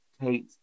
Kate